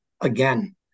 Again